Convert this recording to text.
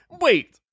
wait